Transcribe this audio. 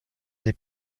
des